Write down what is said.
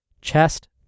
chest